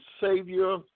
Savior